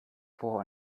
vor